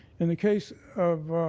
in the case of